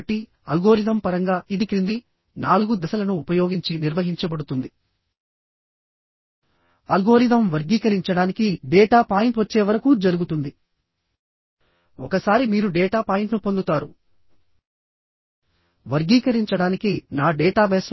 కాబట్టి net area ని కనుక్కోవాలి లేదా టెన్సైల్ స్ట్రెంత్ ని కనుక్కునే టప్పుడు బోల్డ్ రంధ్రము యొక్క ఏరియా ని తగ్గించుకోవాలి